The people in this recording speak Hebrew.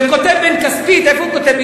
וכותב בן כספית, איפה הוא כותב?